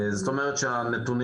זאת אומרת שהנתונים,